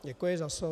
Děkuji za slovo.